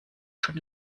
schon